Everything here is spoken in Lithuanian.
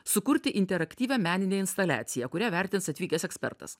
sukurti interaktyvią meninę instaliaciją kurią vertins atvykęs ekspertas